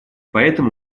поэтому